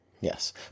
Yes